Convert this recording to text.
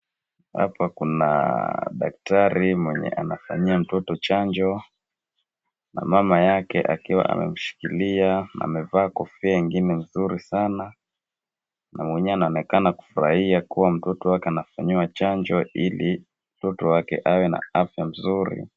Hapa kuna daktari mwenye anafanyia mtoto chanjo, na mama yake akiwa amemshikilia, amevaa kofia ingine nzuri sana, na mwenyewe anaonekana kufurahi kuwa mtoto wake anafanyiwa chanjo ili mtoto wake awe na afya nzuri.